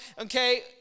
okay